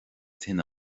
tine